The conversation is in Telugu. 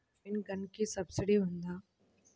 రైన్ గన్కి సబ్సిడీ ఉందా?